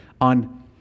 on